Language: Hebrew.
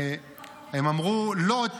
לוט,